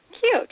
cute